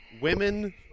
women